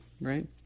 right